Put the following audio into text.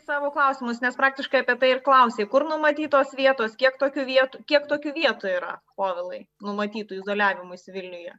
savo klausimus nes praktiškai apie tai ir klausė kur numatytos vietos kiek tokių vietų kiek tokių vietų yra povilai numatytų izoliavimuisi vilniuje